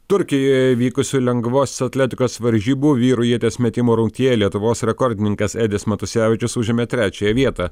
turkijoje vykusių lengvos atletikos varžybų vyrų ieties metimo rungtyje lietuvos rekordininkas edis matusevičius užėmė trečiąją vietą